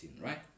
right